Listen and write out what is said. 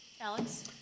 Alex